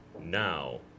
now